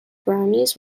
brownies